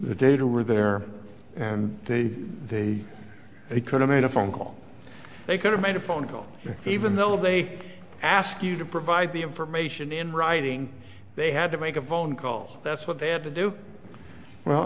the data were there and they they they could've made a phone call they could've made a phone call even though they ask you to provide the information in writing they had to make a phone call that's what they had to do well